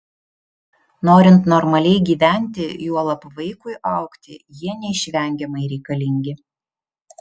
norint normaliai gyventi juolab vaikui augti jie neišvengiamai reikalingi